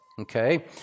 okay